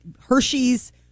Hershey's